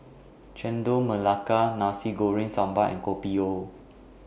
Chendol Melaka Nasi Goreng Sambal and Kopi O